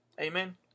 Amen